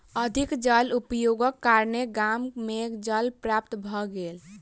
अधिक जल उपयोगक कारणेँ गाम मे जल समाप्त भ गेल